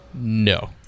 No